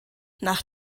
nach